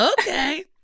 okay